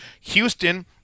Houston